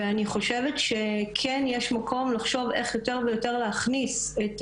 אני חושבת שכן יש מקום לחשוב איך יותר ויותר להכניס את